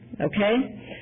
Okay